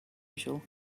usual